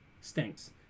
stinks